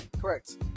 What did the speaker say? Correct